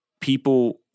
people